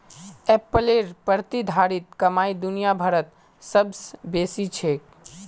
एप्पलेर प्रतिधारित कमाई दुनिया भरत सबस बेसी छेक